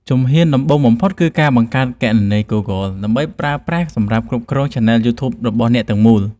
ជំហានដំបូងបំផុតគឺការបង្កើតគណនី Google ដែលនឹងប្រើប្រាស់សម្រាប់គ្រប់គ្រងឆានែលយូធូបរបស់អ្នកទាំងមូល។